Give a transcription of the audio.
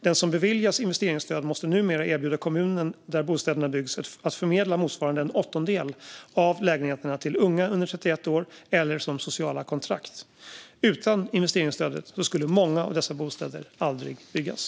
Den som beviljas investeringsstöd måste numera erbjuda kommunen där bostäderna byggs att förmedla motsvarande en åttondedel av lägenheterna till unga under 31 år eller som sociala kontrakt. Utan investeringsstödet skulle många av dessa bostäder aldrig byggas.